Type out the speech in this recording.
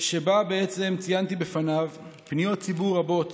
שבה ציינתי בפניו פניות ציבור רבות